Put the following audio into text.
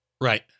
Right